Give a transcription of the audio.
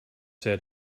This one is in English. said